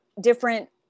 different